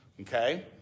okay